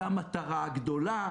והמטרה גדולה,